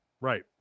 Right